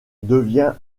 devient